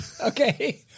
okay